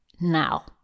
now